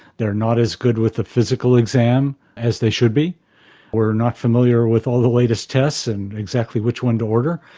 they are not as good with the physical exam as they should be or not familiar with all the latest tests and exactly which one to order.